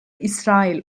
i̇srail